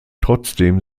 trotzdem